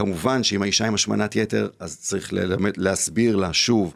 כמובן שאם האישה היא משמנת יתר אז צריך להסביר לה שוב